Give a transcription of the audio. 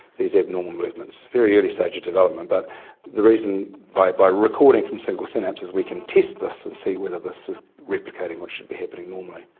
these abnormal movements. very early stage of development, but the reason, by by recording from single synapses we can test this and see whether this is replicating what should be happening normally.